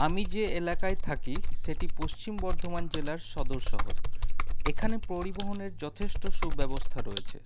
আমি যে এলাকায় থাকি সেটি পশ্চিম বর্ধমান জেলার সদর শহর এখানে পরিবহনের যথেষ্ট সুব্যবস্থা রয়েছে